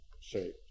shape